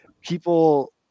people